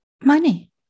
money